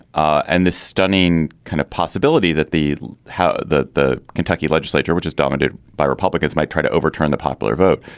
and this stunning kind of possibility that the how the the kentucky legislature which is dominated by republicans might try to overturn the popular vote.